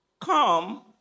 Come